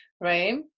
right